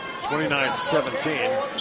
29-17